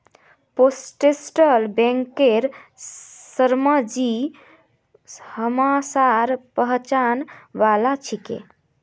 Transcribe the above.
postal बैंकेर शर्माजी हमसार पहचान वाला छिके